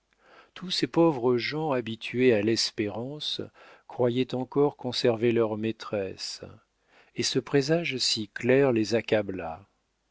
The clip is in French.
tous ces pauvres gens habitués à l'espérance croyaient encore conserver leur maîtresse et ce présage si clair les